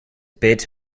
bid